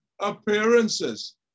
appearances